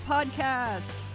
Podcast